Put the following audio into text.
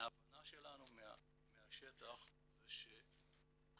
מההבנה שלנו מהשטח, זה שיש